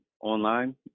Online